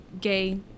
gay